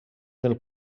del